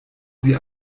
sie